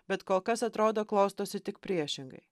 bet kol kas atrodo klostosi tik priešingai